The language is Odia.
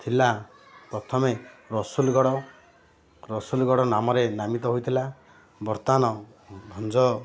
ଥିଲା ପ୍ରଥମେ ରସୁଲଗଡ଼ ରସୁଲଗଡ଼ ନାମରେ ନାମିତ ହୋଇଥିଲା ବର୍ତ୍ତମାନ ଭଞ୍ଜ